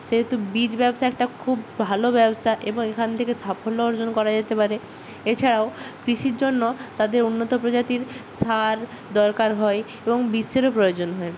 সেহেতু বীজ ব্যবসা একটা খুব ভালো ব্যবসা এবং এখান থেকে সাফল্য অর্জন করা যেতে পারে এছাড়াও কৃষির জন্য তাদের উন্নত প্রজাতির সার দরকার হয় এবং বিষেরও প্রয়োজন হয়